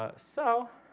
ah so